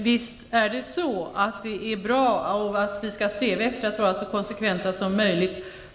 Fru talman! Visst skall vi sträva efter att vara så konsekventa som möjligt.